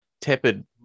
tepid